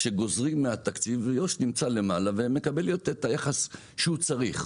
כשגוזרים מהתקציב יו"ש נמצא למעלה ומקבל את היחס שהוא צריך.